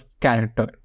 character